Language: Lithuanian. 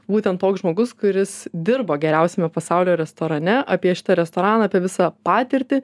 būtent toks žmogus kuris dirba geriausiame pasaulio restorane apie šitą restoraną apie visą patirtį